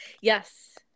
yes